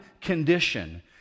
condition